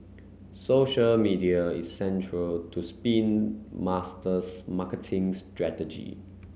social media is central to Spin Master's marketing strategy